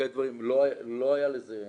לא היה לזה סימוכין.